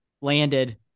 landed